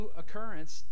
occurrence